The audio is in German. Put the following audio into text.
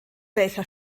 welcher